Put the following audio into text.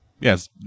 Yes